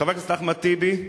חבר הכנסת אחמד טיבי,